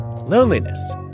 loneliness